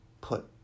put